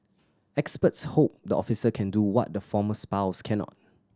experts hope the officer can do what the former spouse cannot